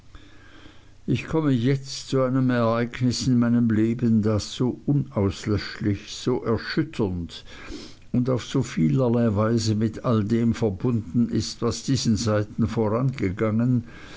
ich komme jetzt zu einem ereignis in meinem leben das so unauslöschlich so erschütternd und auf so vielerlei weise mit all dem verbunden ist was diesen seiten vorangegangen